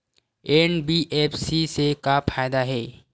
NBFC से का फ़ायदा हे?